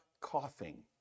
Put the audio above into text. coughing